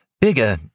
Bigger